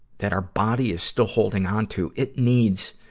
that our body is still holding on to, it needs,